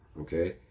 Okay